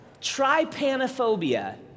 Trypanophobia